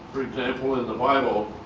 for example in the bible,